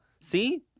see